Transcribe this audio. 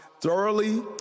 thoroughly